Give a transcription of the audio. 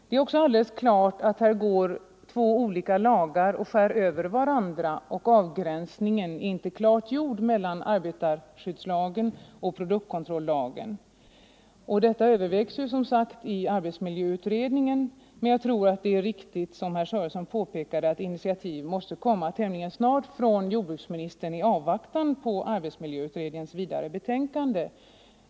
Det är också helt klart att två olika lagar här skär över varandra; avgränsningen är inte klart gjord mellan arbetarskyddslagen och produktkontrollagen. Detta övervägs som sagt i arbetsmiljöutredningen. Men jag tror att det är riktigt, som herr Sörenson påpekade, att initiativ måste komma tämligen snart från jordbruksministern i avvaktan på arbetsmiljöutredningens vidare betänkande.